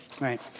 right